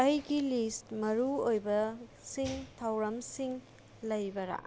ꯑꯩꯒꯤ ꯂꯤꯁ ꯃꯔꯨ ꯑꯣꯏꯕꯁꯤꯡ ꯊꯧꯔꯝꯁꯤꯡ ꯂꯩꯕꯔꯥ